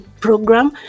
program